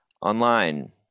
Online